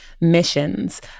missions